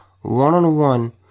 one-on-one